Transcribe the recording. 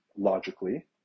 logically